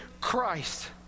Christ